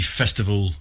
festival